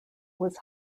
was